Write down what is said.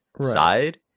side